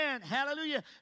hallelujah